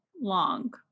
long